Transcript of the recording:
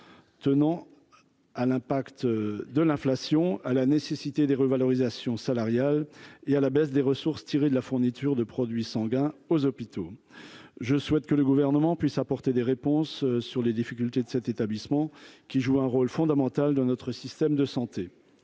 tenant à l'impact de l'inflation à la nécessité des revalorisations salariales et à la baisse des ressources tirées de la fourniture de produits sanguins aux hôpitaux, je souhaite que le gouvernement puisse apporter des réponses sur les difficultés de cet établissement, qui joue un rôle fondamental dans notre système de santé